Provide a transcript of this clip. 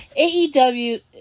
AEW